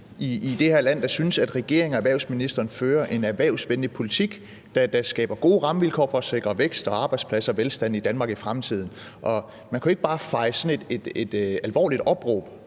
i det her land, der synes, at regeringen og erhvervsministeren fører en erhvervsvenlig politik, der skaber gode rammevilkår for at sikre vækst, arbejdspladser og velstand i Danmark i fremtiden. Og man kan jo ikke bare feje sådan et alvorligt opråb